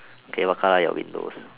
okay what colour are your windows